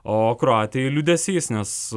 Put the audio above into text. o kroatijai liūdesys nes